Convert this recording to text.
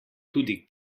tudi